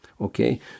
Okay